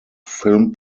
film